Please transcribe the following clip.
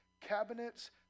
cabinets